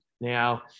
Now